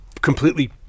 completely